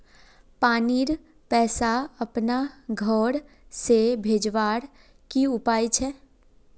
पानीर पैसा अपना घोर से भेजवार की उपाय छे?